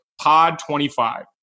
POD25